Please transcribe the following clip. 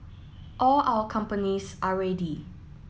all our companies are ready